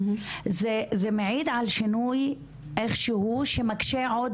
זה מעיד על שינוי שאיכשהו שמקשה עוד